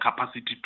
capacity